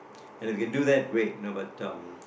and if you can do that great you know but um